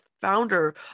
founder